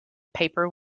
paper